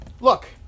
look